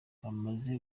bamaze